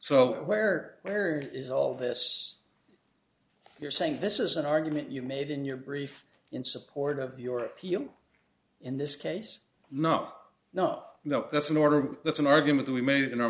so where is all this you're saying this is an argument you made in your brief in support of your appeal in this case not not not that's an order that's an argument we made in